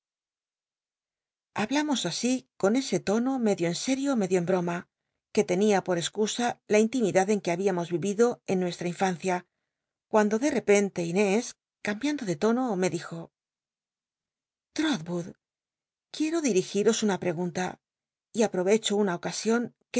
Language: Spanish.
hablamos así con ese tono medio en sério medio en broma que tenia por excusa la intimidad en que habíamos vivido en nuestra infancia cuando de repente inés cambiando de tono me dijo tl'olwood quiero dil'igiros una pregunta y apovecho una